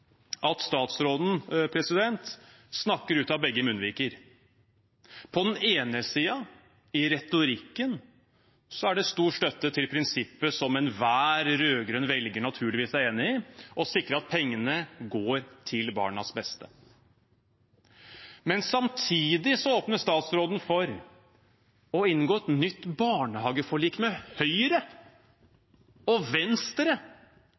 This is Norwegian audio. at statsråden snakker ut av begge munnviker. På den ene siden: I retorikken er det stor støtte til prinsippet som enhver rød-grønn velger naturligvis er enig i: å sikre at pengene går til barnas beste. Men samtidig åpner statsråden for å inngå et nytt barnehageforlik med Høyre og Venstre,